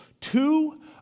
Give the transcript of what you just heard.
Two